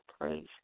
praise